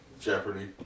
Jeopardy